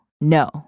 no